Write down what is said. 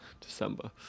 December